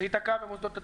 זה ייתקע במוסדות התכנון,